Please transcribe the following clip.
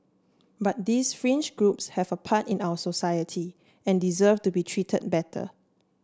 but these fringe groups have a part in our society and deserve to be treated better